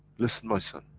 listen my son,